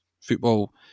football